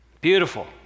Beautiful